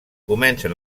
comencen